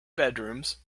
bedrooms